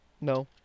No